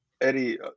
Eddie